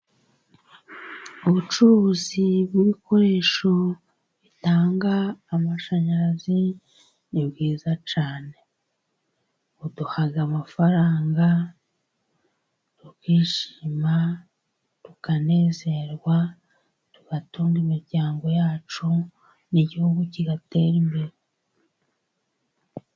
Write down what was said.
Ubucuruzi bw'ibikoresho bitanga amashanyarazi ni bwiza cyane. Buduha amafaranga, tukishima, tukanezerwa, tugatunga imiryango yacu n'igihugu kigatera imbere.